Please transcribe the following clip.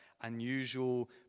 unusual